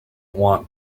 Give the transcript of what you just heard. want